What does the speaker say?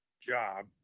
job